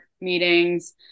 meetings